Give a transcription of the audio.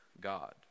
God